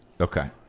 Okay